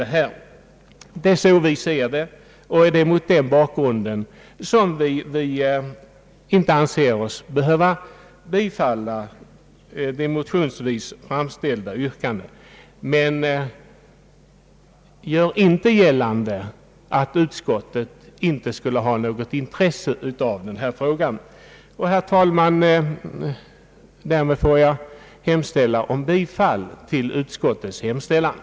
Det är så vi ser det hela och det är mot den bakgrunden som vi inte anser oss kunna bifalla de motionsvis framställda yrkandena. Men gör inte gällande att utskottet inte skulle ha något intresse för denna fråga! Herr talman! Jag hemställer om bifall till utskottets förslag.